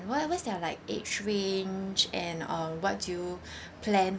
wh~ what's their like age range and um what do you plan